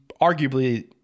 arguably